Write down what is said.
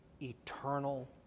eternal